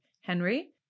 Henry